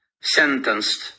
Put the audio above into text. sentenced